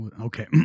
okay